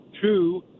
Two